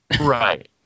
Right